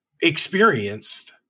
experienced